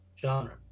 genre